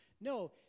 No